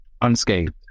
unscathed